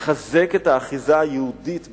תחזק את האחיזה היהודית בהר-הבית.